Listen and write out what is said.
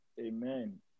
Amen